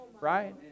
Right